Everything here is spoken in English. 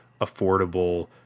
affordable